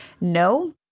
No